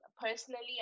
personally